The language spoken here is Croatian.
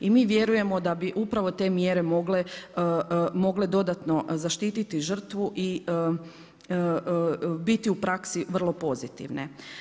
I mi vjerujemo da bi upravo te mjere mogle dodatno zaštiti žrtvu i biti u praksi vrlo pozitivne.